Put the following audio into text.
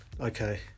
okay